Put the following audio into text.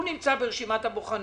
הוא נמצא ברשימת הבוחנים.